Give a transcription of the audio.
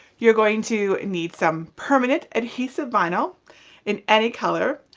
you're going to need some permanent adhesive vinyl in any color,